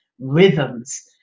rhythms